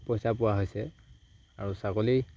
পইচা পোৱা হৈছে আৰু ছাগলী